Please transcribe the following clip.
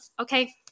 Okay